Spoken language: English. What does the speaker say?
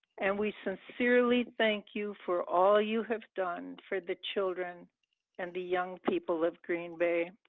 and we sincerely thank you for all you have done for the children and the young people of green bay.